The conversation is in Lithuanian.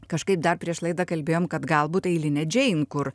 kažkaip dar prieš laidą kalbėjom kad galbūt eilinė džein kur